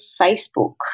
Facebook